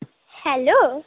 hello